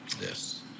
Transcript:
Yes